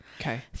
Okay